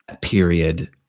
period